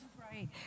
Right